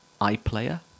iPlayer